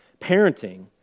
parenting